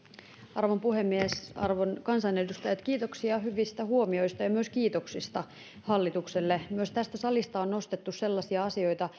arvon puhemies arvon kansanedustajat kiitoksia hyvistä huomioista ja myös kiitoksista hallitukselle myös tästä salista on nostettu sellaisia asioita